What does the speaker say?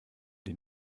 die